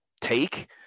take